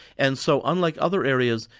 and so unlike other areas,